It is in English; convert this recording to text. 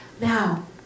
Now